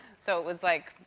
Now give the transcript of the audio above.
so it was like.